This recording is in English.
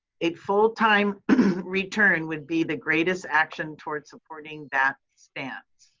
a full time return would be the greatest action towards supporting that stance.